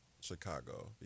Chicago